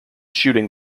shooting